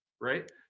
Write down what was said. Right